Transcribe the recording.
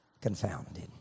confounded